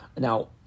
Now